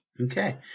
Okay